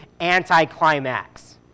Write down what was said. anticlimax